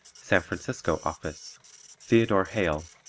san francisco office theodore hale,